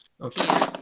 Okay